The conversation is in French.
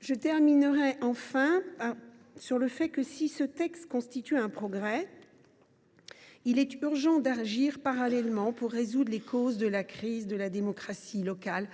Je tiens à insister sur un point : si ce texte constitue un progrès, il est urgent d’agir parallèlement pour résoudre les causes de la crise de la démocratie locale